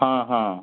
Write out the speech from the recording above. हाँ हाँ